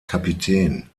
kapitän